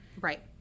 Right